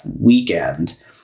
weekend